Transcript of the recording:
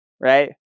right